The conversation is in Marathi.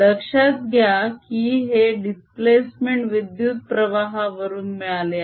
लक्षात गया की हे दिस्प्लेस्मेंट विद्युत्प्रवाहावरून मिळाले आहे